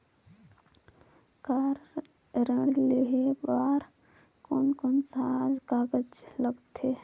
Car ऋण लेहे बार कोन कोन सा कागज़ लगथे?